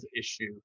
issue